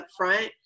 upfront